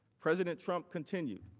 president trump continued.